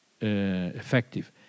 effective